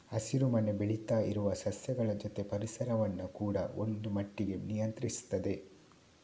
ಹಸಿರು ಮನೆ ಬೆಳೀತಾ ಇರುವ ಸಸ್ಯಗಳ ಜೊತೆ ಪರಿಸರವನ್ನ ಕೂಡಾ ಒಂದು ಮಟ್ಟಿಗೆ ನಿಯಂತ್ರಿಸ್ತದೆ